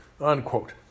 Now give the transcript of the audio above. unquote